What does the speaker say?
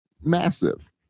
massive